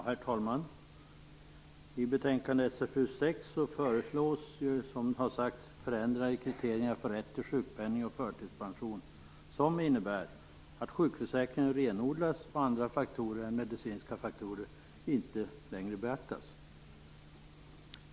Herr talman! I betänkande SfU6 föreslås förändringar i kriterierna för rätt till sjukpenning och förtidspension, som innebär att sjukförsäkringen renodlas och andra faktorer än medicinska faktorer inte längre beaktas.